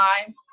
time